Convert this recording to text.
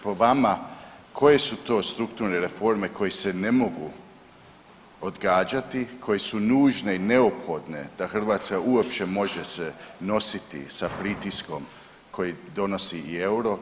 Po vama koje su strukturne reforme koje se ne mogu odgađati, koje su nužne i neophodne da Hrvatska uopće može se nositi sa pritiskom koji donosi euro?